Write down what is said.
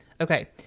Okay